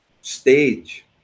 stage